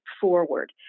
forward